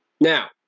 Now